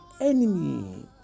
enemy